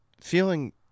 feeling